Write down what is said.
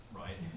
right